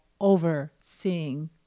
overseeing